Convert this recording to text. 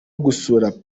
gusura